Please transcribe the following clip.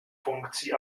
funkcí